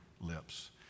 lips